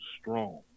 strong